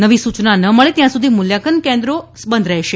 નવી સૂયના ન મળે ત્યાં સુધી મૂલ્યાંકન કેન્દ્રો બંધ રહેશે